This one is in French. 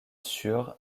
sur